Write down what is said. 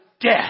death